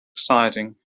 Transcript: exciting